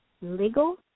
legal